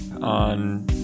on